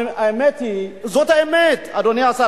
זאת האמת, אדוני השר.